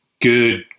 good